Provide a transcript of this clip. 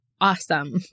awesome